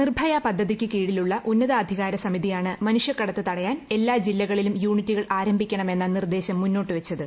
നിർഭയ പദ്ധതിക്ക് കീഴിലുള്ള ഉന്നതാധികാര സമിതിയാണ് മനുഷൃക്കടത്ത് തടയാൻ എല്ലാ ജില്ലകളിലും യൂണിറ്റുകൾ ആരംഭിക്കണമെന്ന നിർദ്ദേശം മുന്നോട്ട് വച്ചത്